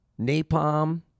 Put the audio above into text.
Napalm